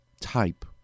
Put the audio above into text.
type